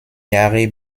jahre